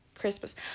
Christmas